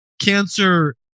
cancer